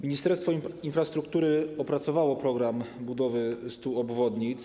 Ministerstwo Infrastruktury opracowało program budowy 100 obwodnic.